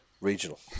regional